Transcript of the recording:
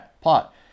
plot